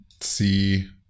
see